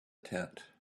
tent